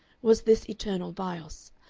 was this eternal bios,